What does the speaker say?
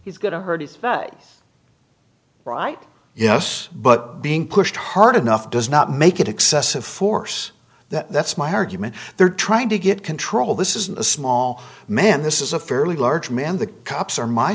he's going to hurt his right yes but being pushed hard enough does not make it excessive force that's my argument they're trying to get control this is a small man this is a fairly large man the cops are my